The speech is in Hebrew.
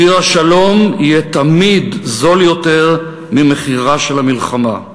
מחיר השלום יהיה תמיד זול יותר ממחירה של המלחמה.